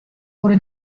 wurde